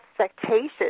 expectations